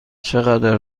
چقدر